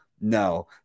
no